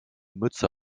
mütze